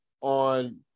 on